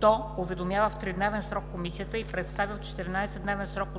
то уведомява в тридневен срок комисията и представя в 14 дневен срок от